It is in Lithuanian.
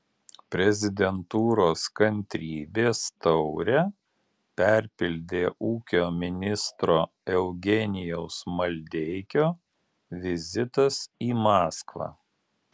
prezidentūros kantrybės taurę perpildė ūkio ministro eugenijaus maldeikio vizitas į maskvą